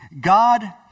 God